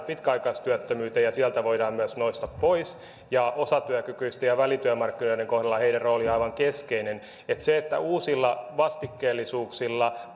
pitkäaikaistyöttömyyteen ja joiden avulla sieltä voidaan myös nousta pois ja osatyökykyisten ja välityömarkkinoiden kohdalla niiden rooli on aivan keskeinen se ei ole hyvä suunta että uusilla vastikkeellisuuksilla